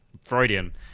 Freudian